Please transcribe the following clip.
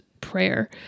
prayer